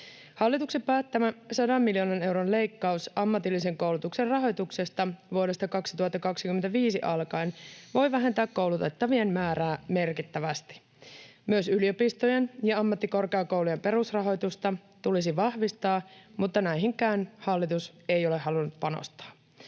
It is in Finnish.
Hallituksen päättämä sadan miljoonan euron leikkaus ammatillisen koulutuksen rahoituksesta vuodesta 2025 alkaen voi vähentää koulutettavien määrää merkittävästi. Myös yliopistojen ja ammattikorkeakoulujen perusrahoitusta tulisi vahvistaa, mutta näihinkään hallitus ei ole halunnut panostaa.